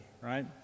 right